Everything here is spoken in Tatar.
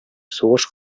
сугыш